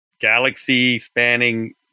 galaxy-spanning